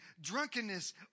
drunkenness